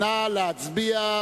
נא להצביע.